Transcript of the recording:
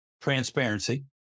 Transparency